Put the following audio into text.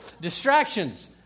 distractions